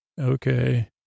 okay